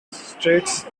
states